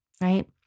right